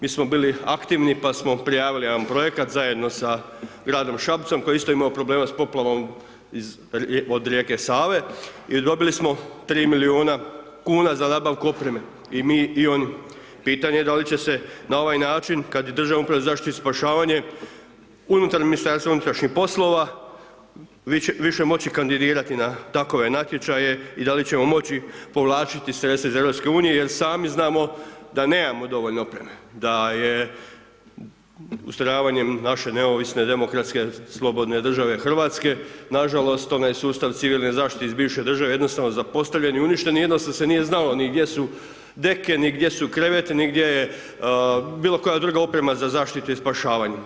Mi smo bili aktivni pa smo prijavili jedan projekat zajedno sa gradom Šapcem, koji je isto imao problema s poplavom od rijeke Save i dobili smo 3 milijuna kuna za nabavku opreme i mi i oni, pitanje je da li će se na ovaj kad Državna uprava za zaštitu i spašavanje unutar MUP-a više moći kandidirati na takove natječaje i da li ćemo moći povlačiti sredstva iz EU jer sami znamo da nemamo dovoljno opreme, da je ustrojavanjem naše neovisne demokratske slobodne države Hrvatske nažalost onaj sustav civilne zaštite iz bivše države jednostavno zapostavljen i uništen i jednostavno se nije znalo ni gdje su deke, ni gdje su kreveti ni gdje je bilo koja druga oprema za zaštitu i spašavanje.